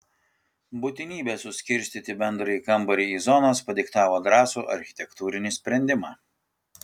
būtinybė suskirstyti bendrąjį kambarį į zonas padiktavo drąsų architektūrinį sprendimą